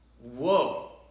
Whoa